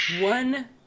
one